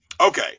Okay